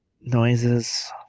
Noises